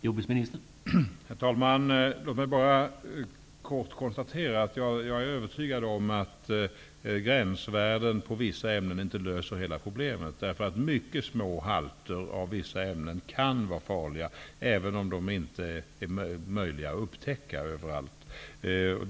Herr talman! Låt mig bara kort konstatera att jag är övertygad om att gränsvärden på vissa ämnen inte löser hela problemet. Mycket små halter av vissa ämnen kan vara farliga även om det inte är möjligt att upptäcka dem överallt.